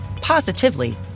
positively